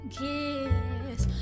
kiss